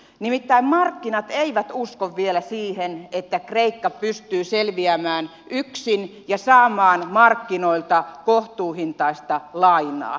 nimittäin markkinat eivät usko vielä siihen että kreikka pystyy selviämään yksin ja saamaan markkinoilta kohtuuhintaista lainaa